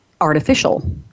artificial